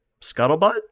scuttlebutt